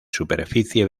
superficie